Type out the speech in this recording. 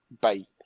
bait